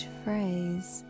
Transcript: phrase